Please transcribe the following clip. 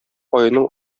аеның